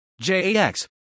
JAX